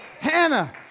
Hannah